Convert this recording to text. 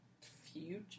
future